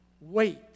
wait